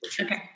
Okay